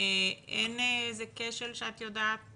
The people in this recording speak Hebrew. אין איזה כשל שאת יודעת